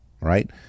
right